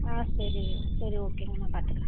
ஆ சரி சரி ஓகேங்க நான் பார்த்துக்குறேன்